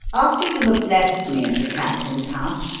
after you have left me at the captain's house,